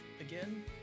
again